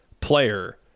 player